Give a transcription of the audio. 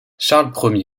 charles